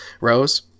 rose